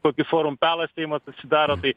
kokį forum pelas seimas atsidaro tai